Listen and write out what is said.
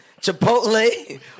Chipotle